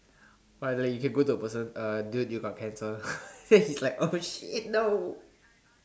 why like you can go to a person uh dude you got cancer then he's like oh shit no